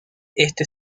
este